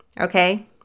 Okay